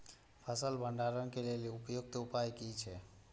फसल भंडारण के लेल उपयुक्त उपाय कि छै?